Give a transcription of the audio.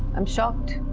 i'm shocked.